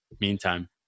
meantime